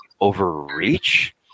overreach